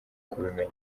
kubimenya